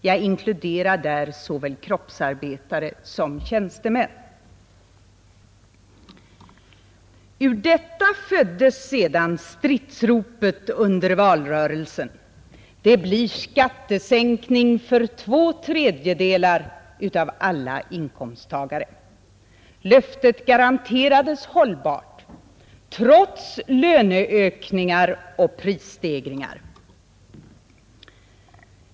Jag inkluderar där såväl kroppsarbetare som tjänstemän.” Ur detta föddes sedan stridsropet under valrörelsen: Det blir skattesänkning för två tredjedelar av alla inkomsttagare! Löftet garanterades hållbart trots löneökningar och prisstegringar.